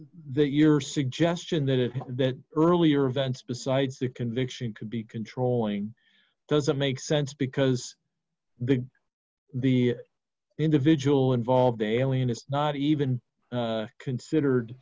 the your suggestion that a bit earlier events besides the conviction could be controlling doesn't make sense because the the individual involved alien is not even considered